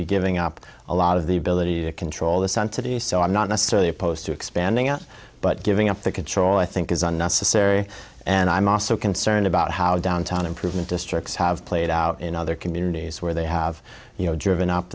be giving up a lot of the ability to control the sun today so i'm not necessarily opposed to expanding out but giving up that control i think is unnecessary and i'm also concerned about how downtown improvement districts have played out in other communities where they have you know driven up